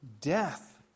death